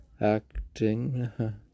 acting